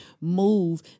move